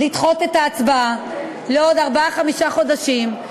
לדחות את ההצבעה לעוד ארבעה-חמישה חודשים,